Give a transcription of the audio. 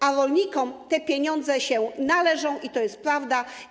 A rolnikom te pieniądze się należą, to jest prawda.